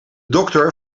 dokter